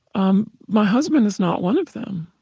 um my husband is not one of them